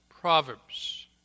Proverbs